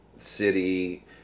City